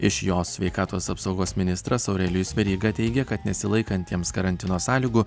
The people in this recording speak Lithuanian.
iš jos sveikatos apsaugos ministras aurelijus veryga teigė kad nesilaikantiems karantino sąlygų